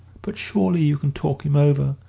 but surely you can talk him over?